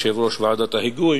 יושב-ראש ועדת ההיגוי,